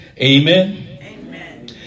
Amen